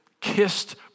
kissed